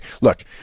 look